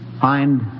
find